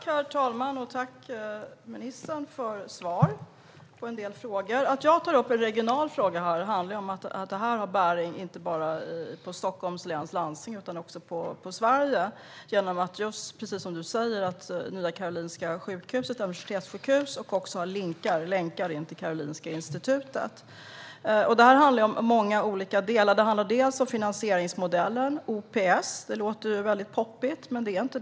Herr talman! Tack, ministern, för svar på en del frågor! Anledningen till att jag tar upp en regional fråga här är att den har bäring inte bara på Stockholms läns landsting utan också på Sverige. Precis som ministern säger är Nya Karolinska sjukhuset också ett universitetssjukhus som även har länkar in till Karolinska Institutet. Detta handlar om många olika delar. Det handlar om finansieringsmodellen OPS. Det låter poppigt, men det är det inte.